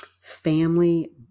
Family